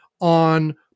on